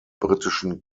britischen